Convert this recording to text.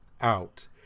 out